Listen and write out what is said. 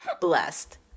blessed